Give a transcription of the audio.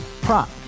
Prop